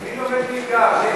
מי לומד נהיגה?